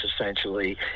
essentially